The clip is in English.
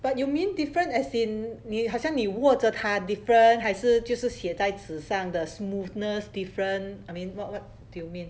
what you mean different as in 你好像你握着他 different 还是就是写在纸上的 smoothness different I mean what what do you mean